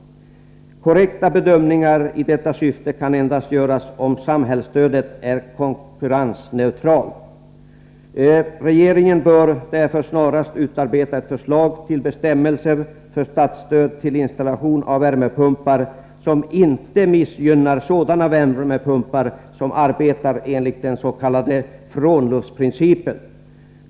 Korrekta bedömningar i detta syfte kan endast göras om samhällsstödet är konkurrensneutralt. Regeringen bör därför snarast utarbeta ett förslag till bestämmelser för statsstöd till installation av värmepumpar som inte missgynnar sådana värmepumpar som arbetar enligt den s.k. frånluftsprincipen.